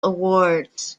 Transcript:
awards